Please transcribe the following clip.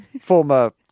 former